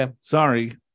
sorry